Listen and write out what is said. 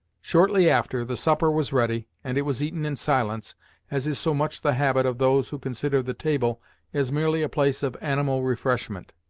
shortly after, the supper was ready, and it was eaten in silence as is so much the habit of those who consider the table as merely a place of animal refreshment.